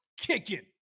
kicking